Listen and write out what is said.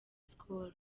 skol